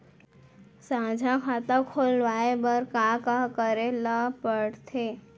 साझा खाता खोलवाये बर का का करे ल पढ़थे?